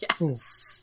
Yes